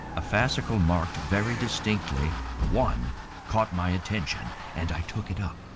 a fascicle marked very distinctly one caught my attention, and i took it up.